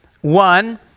one